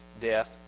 Death